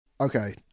Okay